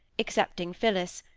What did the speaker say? excepting phillis,